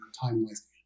time-wise